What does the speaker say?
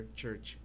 church